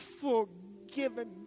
forgiven